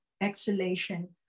exhalation